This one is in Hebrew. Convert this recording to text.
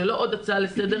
זה לא עוד הצעה לסדר,